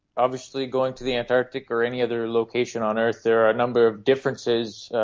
obviously going to the antarctic or any other location on earth there are a number of differences.